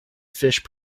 fish